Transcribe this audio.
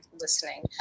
listening